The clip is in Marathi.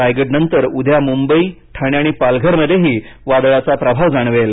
रायगडनंतर उद्या मुंबई ठाणे आणि पालघर मध्येही वादळाचा प्रभाव जाणवेल